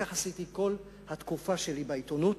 כך עשיתי כל התקופה שלי בעיתונות,